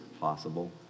possible